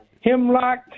hemlock